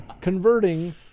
converting